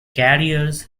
carriers